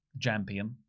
champion